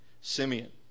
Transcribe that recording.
Simeon